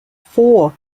four